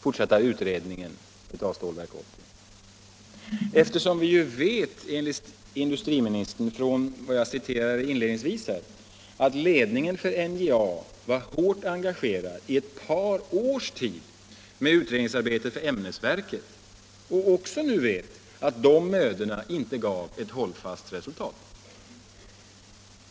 fortsatta utredning? Vi vet ju — enligt citatet inledningsvis från industriministern - att ledningen för NJA var hårt engagerad i ett par års tid med utredningsarbete för ämnesverket och vi vet nu också att de mödorna inte gav ett hållfast resultat.